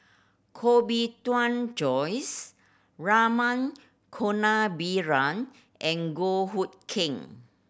Koh Bee Tuan Joyce Rama Kannabiran and Goh Hood Keng